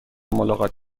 ملاقات